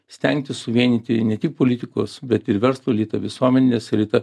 stengtis suvienyti ne tik politikus bet ir verslo elitą visuomenės elitą